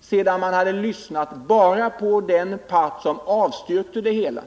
sedan man lyssnat bara till den part som avstyrkte det hela?